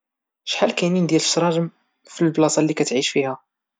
شحال كاينين ديال الشراجم فالبلاصة اللي كتعيش فيها؟